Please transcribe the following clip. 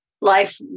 life